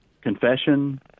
confession